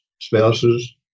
spouses